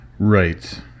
Right